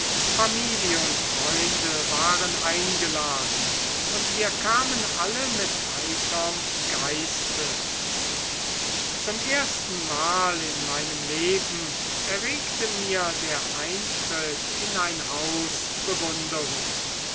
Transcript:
familie und freunde waren eingeladen und wir kamen alle mit heiterm geiste zum erstenmal in meinem leben erregte mir der eintritt in ein haus bewunderung